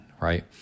right